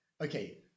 okay